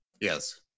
Yes